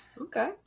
Okay